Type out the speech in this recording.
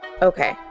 Okay